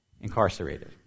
incarcerated